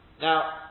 Now